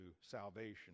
salvation